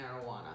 marijuana